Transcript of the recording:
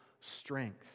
strength